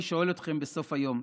ואני שואל אתכם בסוף היום: